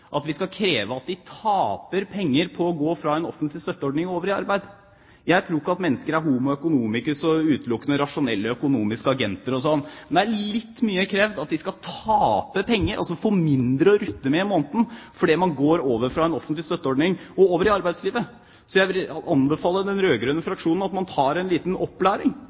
at vi skal kreve at de taper penger på å gå fra en offentlig støtteordning og over i arbeid. Jeg tror ikke at mennesker er homo economicus og utelukkende rasjonelle økonomiske agenter osv., men det er litt mye å kreve at de skal tape penger, altså få mindre å rutte med i måneden fordi man går over fra en offentlig støtteordning og over i arbeidslivet. Så jeg vil anbefale den rød-grønne fraksjonen at man tar en liten opplæring.